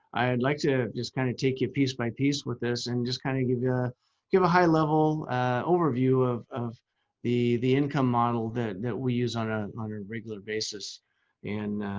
i'd like to just kind of take you piece by piece with this and just kind of give a yeah give a high level overview of of the the income model that that we use on ah on a regular basis and